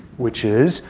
which is,